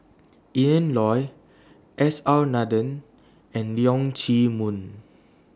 Ian Loy S R Nathan and Leong Chee Mun